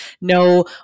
no